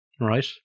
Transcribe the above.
right